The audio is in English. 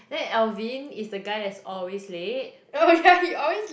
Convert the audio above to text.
then Alvin is the guy that's always late